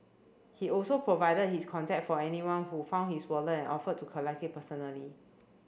he also provided his contact for anyone who found his wallet and offered to collect it personally